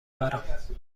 برام